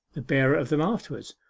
the bearer of them afterwards.